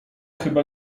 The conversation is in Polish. chyba